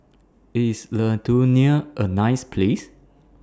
IS Lithuania A nice Place